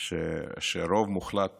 שברוב מוחלט